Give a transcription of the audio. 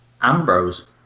Ambrose